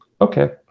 Okay